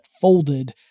folded